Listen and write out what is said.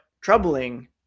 troubling